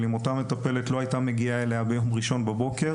אבל אם אותה מטפלת לא הייתה מגיעה אליה ביום ראשון בבוקר,